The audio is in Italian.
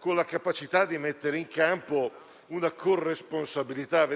con la capacità di mettere in campo una corresponsabilità.